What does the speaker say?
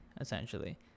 Essentially